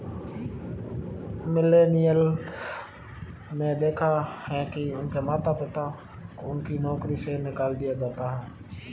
millennials ने देखा है कि उनके माता पिता को उनकी नौकरी से निकाल दिया जाता है